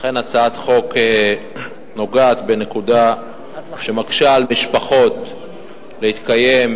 אכן הצעת החוק נוגעת בנקודה שמקשה על משפחות להתקיים,